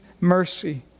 mercy